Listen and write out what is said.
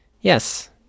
yes